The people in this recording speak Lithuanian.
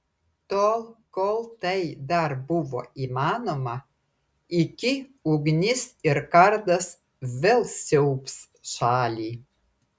tol kol tai dar buvo įmanoma iki ugnis ir kardas vėl siaubs šalį